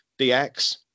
DX